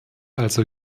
also